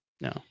No